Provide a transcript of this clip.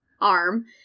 arm